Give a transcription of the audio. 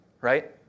right